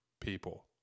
people